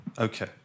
Okay